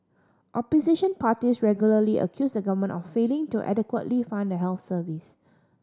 opposition parties regularly accuse the government of failing to adequately fund the health service